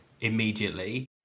immediately